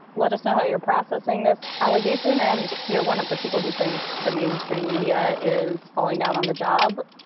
let us know how you're processing this allegation and you're one of the people who thinks the mainstream media is falling down on the job.